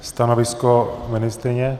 Stanovisko ministryně?